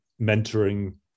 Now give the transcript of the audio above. mentoring